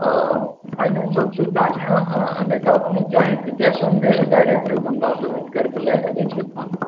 आओर फाइनेन्सो सुबिधा छै आ नहि तऽ अपने चाही तऽ केशोमे डाइरेक्ट डाउन पेमेण्ट कैरि कऽ ले सकै छियै फोन